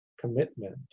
commitment